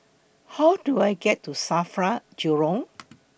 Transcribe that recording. How Do I get to SAFRA Jurong